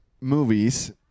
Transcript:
movies